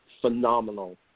phenomenal